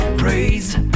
Praise